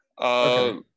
Okay